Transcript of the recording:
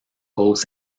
cause